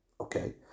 Okay